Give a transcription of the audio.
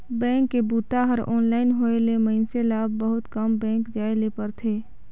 bank के बूता हर ऑनलाइन होए ले मइनसे ल अब बहुत कम बेंक में जाए ले परथे